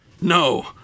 No